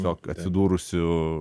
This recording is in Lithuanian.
tiesiog atsidūrusių